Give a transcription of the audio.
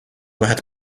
wieħed